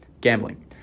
gambling